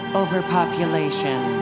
overpopulation